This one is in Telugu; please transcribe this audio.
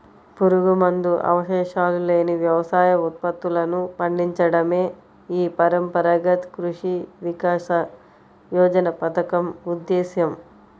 పురుగుమందు అవశేషాలు లేని వ్యవసాయ ఉత్పత్తులను పండించడమే ఈ పరంపరాగత కృషి వికాస యోజన పథకం ఉద్దేశ్యం